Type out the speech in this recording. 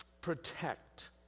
protect